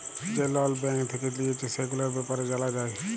যে লল ব্যাঙ্ক থেক্যে লিয়েছে, সেগুলার ব্যাপারে জালা যায়